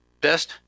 best